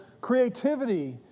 creativity